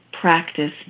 practice